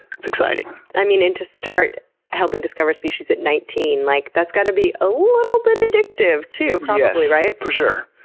that's exciting. i mean, and to start helping discover species at nineteen. like that's got to be a little bit addictive too probably, yeah so right? for sure.